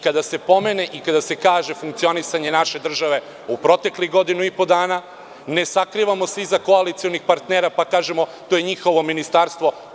Kada se kaže funkcionisanje naše države u proteklih godinu i po dana ne sakrivamo se iza koalicionih partnera, pa kažemo to je njihovo ministarstvo.